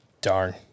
Darn